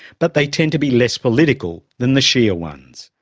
but they tend to be less political than the shia ones.